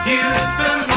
Houston